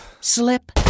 slip